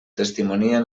testimonien